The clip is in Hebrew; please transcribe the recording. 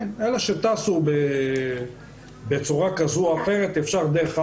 אלה שטסו בצורה כזו או אחרת, אפשר דרך הארץ,